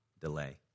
delay